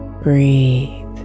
Breathe